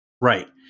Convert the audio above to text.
right